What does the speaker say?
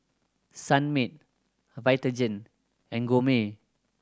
Sunmaid Vitagen and Gourmet